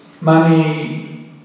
money